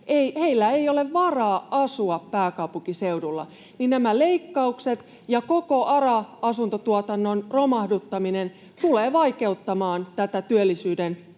ei ole varaa asua pääkaupunkiseudulla, niin nämä leikkaukset ja koko ARA-asuntotuotannon romahduttaminen tulevat vaikeuttamaan tätä työllisyyden